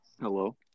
Hello